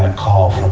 ah call from